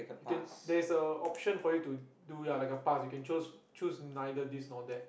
you can there's a option for you to do ya like a pass you can chose choose neither this nor that